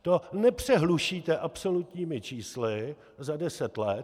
To nepřehlušíte absolutními čísly za deset let.